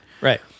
Right